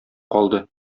калды